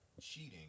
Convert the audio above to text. cheating